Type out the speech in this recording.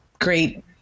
great